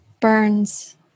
burns